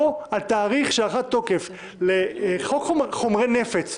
פה על תאריך שעבר תוקף לחוק חומרי נפץ,